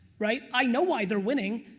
right? i know why they're winning,